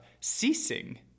ceasing